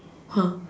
!huh!